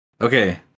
Okay